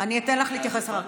אני אתן לך להתייחס אחר כך.